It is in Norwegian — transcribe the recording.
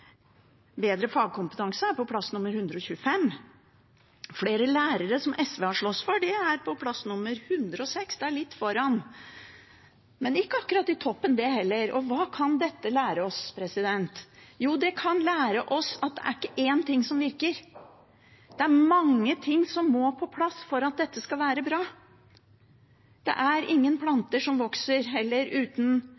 Bedre fagkompetanse er på plass nummer 125. Flere lærere, som SV har slåss for, er på plass nummer 106. Det er litt foran, men ikke akkurat i toppen det heller. Hva kan dette lære oss? Jo, det kan lære oss at det er ikke én ting som virker, det er mange ting som må på plass for at dette skal være bra. Det er ingen